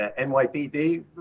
NYPD